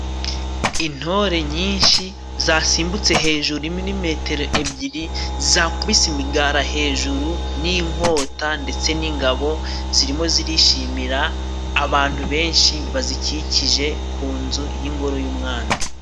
Intore nyinshi zasimbutse hejuru muri metero ebyiri, zakubise imigara hejuru n'inkota ndetse n'ingabo, zirimo zirishimira abantu benshi bazikikije ku nzu y'ingoro y'umwami.